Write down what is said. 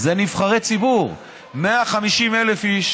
אלה נבחרי ציבור, 150,000 איש